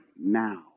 now